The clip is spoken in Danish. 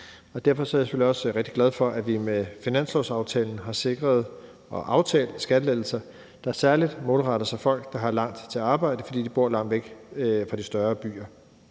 og derfor er jeg selvfølgelig også rigtig glad for, at vi med finanslovsaftalen har sikret og aftalt skattelettelser, der særlig målretter sig folk, der har langt til arbejde, fordi de bor langt væk fra de større byer.